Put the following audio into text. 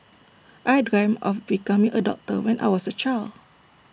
I dreamt of becoming A doctor when I was A child